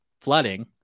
flooding